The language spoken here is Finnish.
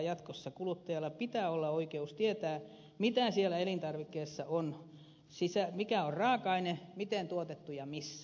jatkossa kuluttajalla pitää olla oikeus tietää mitä siellä elintarvikkeessa on mikä on raaka aine miten on tuotettu ja missä